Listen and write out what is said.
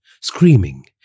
screaming